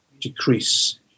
decrease